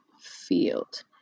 field